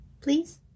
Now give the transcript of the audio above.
Please